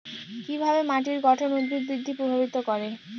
কিভাবে মাটির গঠন উদ্ভিদ বৃদ্ধি প্রভাবিত করে?